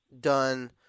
Done